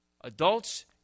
Adults